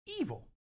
evil